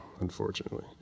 unfortunately